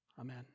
Amen